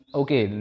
okay